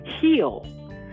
heal